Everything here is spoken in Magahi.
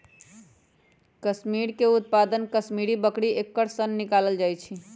कस्मिरीके उत्पादन कस्मिरि बकरी एकर सन निकालल जाइ छै